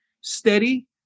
steady